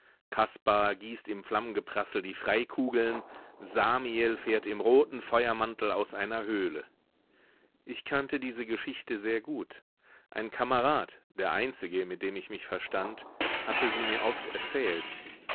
kaspar gießt im flammengeprassel die freikugeln samiel fährt im roten feuermantel aus einer höhle ich kannte diese geschichte sehr gut ein kamerad der einzige mit dem ich mich verstand hatte sie mir oft erzählt